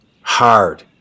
hard